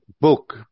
book